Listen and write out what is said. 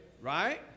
right